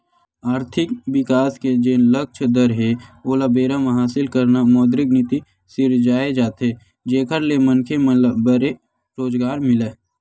आरथिक बिकास के जेन लक्छ दर हे ओला बेरा म हासिल करना मौद्रिक नीति सिरजाये जाथे जेखर ले मनखे मन ल बने रोजगार मिलय